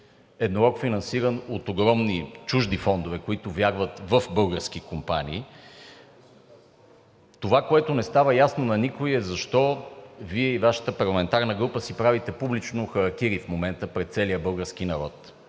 еднорог, финансиран от огромни чужди фондове, които вярват в български компании. Това, което не става ясно на никого, е защо Вие и Вашата парламентарна група си правите публично харакири в момента пред целия български народ?!